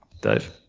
Dave